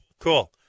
cool